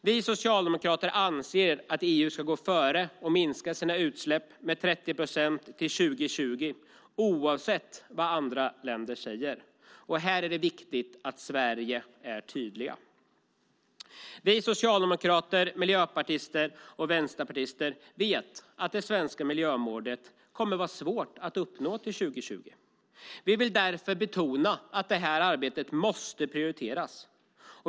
Vi socialdemokrater anser att EU ska gå före och minska sina utsläpp med 30 procent till 2020 oavsett vad andra länder säger. Här är det viktigt att Sverige är tydligt. Vi socialdemokrater, miljöpartister och vänsterpartister vet att det svenska miljömålet kommer att vara svårt att uppnå till 2020. Vi vill därför betona att det arbetet måste prioriteras.